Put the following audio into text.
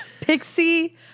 Pixie